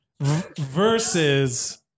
versus